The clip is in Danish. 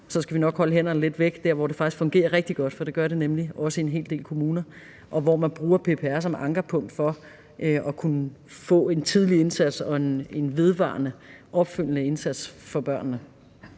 Så skal vi nok holde hænderne lidt væk fra de steder, hvor det fungerer rigtig godt, for det gør det nemlig også i en hel del kommuner, og hvor man bruger PPR som ankerpunkt for at kunne få en tidlig indsats og en vedvarende, opfølgende indsats for børnene.